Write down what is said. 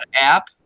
app